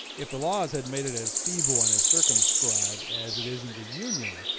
if the laws had made it as feeble and as circumscribed as it is in the union,